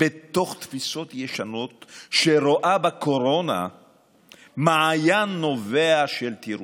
בתוך תפיסות ישנות ורואה בקורונה מעיין נובע של תירוצים.